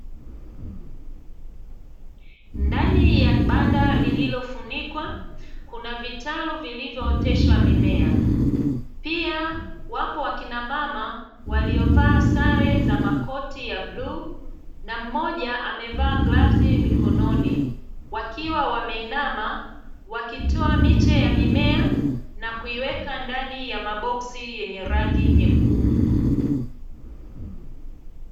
Ndani ya banda lilofunikwa kuna vitalu vilivyooteshwa mimea. Pia wapo wakina mama waliovaa sare za makoti bluu, na mmoja amevaa glavzi mikononi, wakiwa wameinama wakitoa miche ya mimea, na kuiweka ndani ya maboski yenye rangi nyekundu .